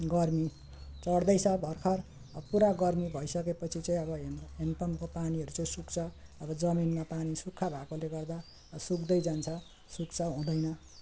गर्मी चढ्दैछ भर्खर अब पुरा गर्मी भइसकेपछि चाहिँ अब ह्यान्ड ह्यान्ड पम्पको पानीहरू चाहिँ सुक्छ अब जमिनमा पानी सुक्खा भएकोले गर्दा सुक्दै जान्छ सुक्छ हुँदैन